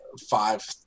five